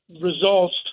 results